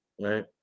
Right